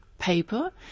paper